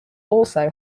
also